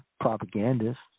propagandists